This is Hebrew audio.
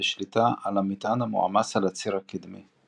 בשליטה על המטען המועמס על הציר הקדמי.